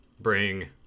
bring